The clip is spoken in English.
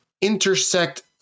intersect